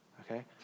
okay